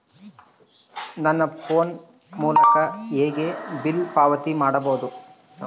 ನನ್ನ ಫೋನ್ ಮೂಲಕ ಹೇಗೆ ಬಿಲ್ ಪಾವತಿ ಮಾಡಬಹುದು?